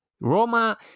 Roma